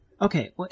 Okay